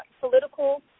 political